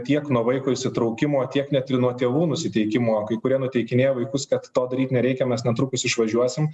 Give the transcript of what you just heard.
tiek nuo vaiko įsitraukimo tiek net ir nuo tėvų nusiteikimo kai kurie nuteikinėja vaikus kad to daryt nereikia mes netrukus išvažiuosim